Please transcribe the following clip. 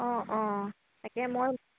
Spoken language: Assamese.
অঁ অঁ তাকে মই